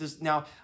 now